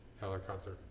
Helicopter